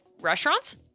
restaurants